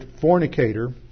fornicator